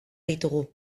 ditugu